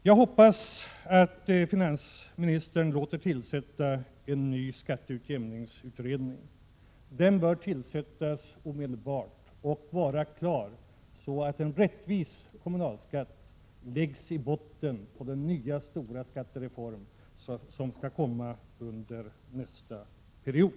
Jag hoppas att finansministern låter tillsätta en ny skatteutjämningsutredning. Den bör tillsättas omedelbart och vara klar i sådan tid att en rättvis kommunalskatt läggs i botten på den nya stora skattereform som skall komma under nästa period.